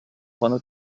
quando